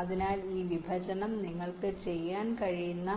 അതിനാൽ ഈ വിഭജനം നിങ്ങൾക്ക് ചെയ്യാൻ കഴിയുന്ന